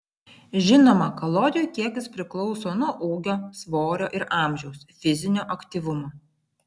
žinoma kalorijų kiekis priklauso nuo ūgio svorio ir amžiaus fizinio aktyvumo